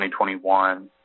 2021